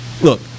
look